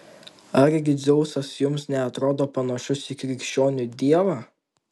argi dzeusas jums neatrodo panašus į krikščionių dievą